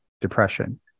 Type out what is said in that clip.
depression